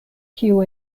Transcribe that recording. kiu